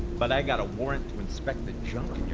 but i got a warrant to inspect the junk